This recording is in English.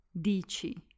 dici